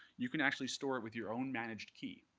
you can actually store it with your own managed key.